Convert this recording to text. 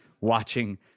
watching